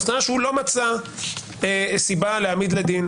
הגיע למסקנה שהוא לא מצא סיבה להעמיד לדין.